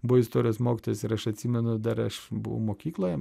buvo istorijos mokytojas ir aš atsimenu dar aš buvau mokykloje